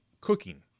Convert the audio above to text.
cooking